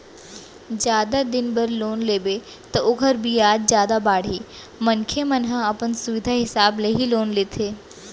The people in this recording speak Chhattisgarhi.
जादा दिन बर लोन लेबे त ओखर बियाज जादा बाड़ही मनखे मन ह अपन सुबिधा हिसाब ले ही लोन लेथे